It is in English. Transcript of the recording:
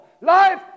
Life